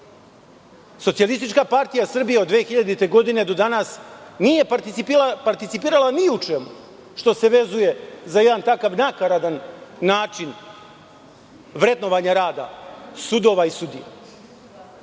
osećaju i danas. SPS od 2000. godine do danas nije participirala ni u čemu što se vezuje za jedan takav nakaradan način vrednovanja rada sudova i sudija. Da